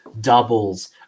doubles